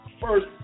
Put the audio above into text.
First